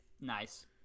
Nice